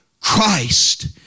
Christ